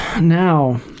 now